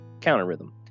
counter-rhythm